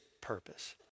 purpose